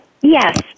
Yes